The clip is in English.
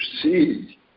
see